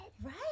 Right